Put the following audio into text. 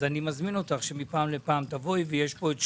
אז אני מזמין אותך שמידי פעם בפעם תבואי לכאן.